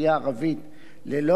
ללא ערים מעורבות,